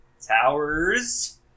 towers